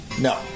No